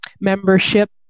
membership